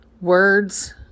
Words